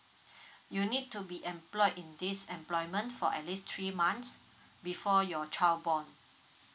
you need to be employed in this employment for at least three months before your child born